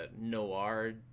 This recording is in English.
noir